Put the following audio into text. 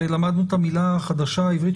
ולמדנו את המילה החדשה העברית,